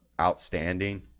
outstanding